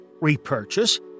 repurchase